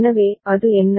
எனவே அது என்ன